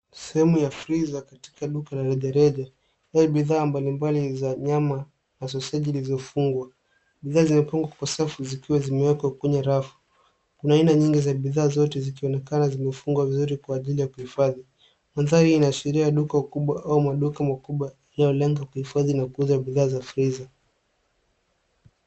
Sehemu ya freezer katika duka la rejareja ambayo bidhaa mbalimbali za nyama na soseji zilizofungwa. Bidhaa zimepangwa kwa safu zikiwa zimewekwa kwenye rafu. Kuna aina nyingi za bidhaa zote zikionekana zimefungwa vizuri kwa ajili ya kuhifadhi. Mandhari inaashiria duka kubwa au maduka makubwa yanayolenga kuhifadhi na kuuza bidhaa za freezer .